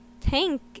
Tank